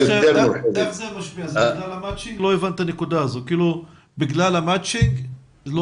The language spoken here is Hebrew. לא מפתחים מספיק את התוכניות בגלל המצ'ינג?